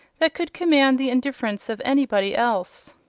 that could command the indifference of any body else?